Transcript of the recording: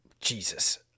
Jesus